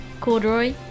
corduroy